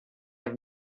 have